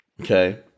Okay